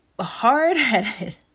hard-headed